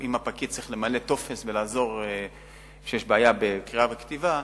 אם הפקיד צריך למלא טופס ולעזור כשיש בעיה בקריאה וכתיבה,